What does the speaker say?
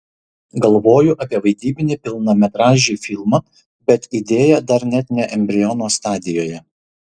galvoju apie vaidybinį pilnametražį filmą bet idėja dar net ne embriono stadijoje